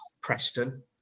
Preston